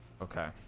Okay